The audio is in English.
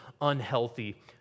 unhealthy